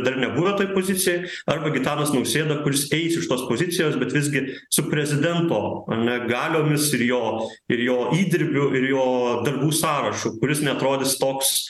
dar nebuvę toj pozicijoj arba gitanas nausėda kuris eis iš tos pozicijos bet visgi su prezidento ane galiomis ir jo ir jo įdirbiu ir jo darbų sąrašu kuris neatrodys toks